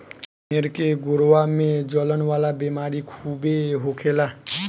भेड़ के गोड़वा में जलन वाला बेमारी खूबे होखेला